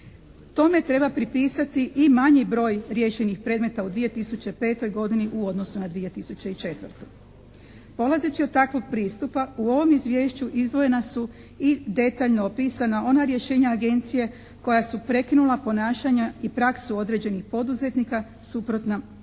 Tome treba pripisati i manji broj riješenih predmeta u 2005. godini u odnosu na 2004. Polazeći od takvog pristupa u ovom izvješću izdvojena su i detaljno opisana ona rješenja agencije koja su prekinula ponašanja i praksu određenih poduzetnika suprotna zakonu.